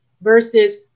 versus